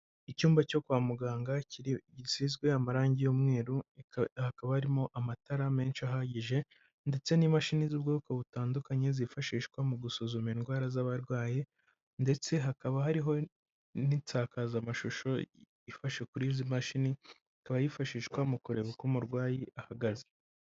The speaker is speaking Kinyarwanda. Icyumba cyo kwa muganga gisizwe amarangi y'umweru, hakaba harimo amatara menshi ahagije, ndetse n'imashini z'ubwoko butandukanye zifashishwa mu gusuzuma indwara z'abarwayi, ndetse hakaba hariho n'insakazamashusho ifashe kuri izi mashini, ikaba yifashishwa mu kureba uko umurwayi ahagaze.